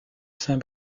saint